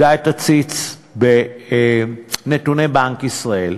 די אם תציץ בנתוני בנק ישראל: